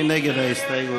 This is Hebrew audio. מי נגד ההסתייגות?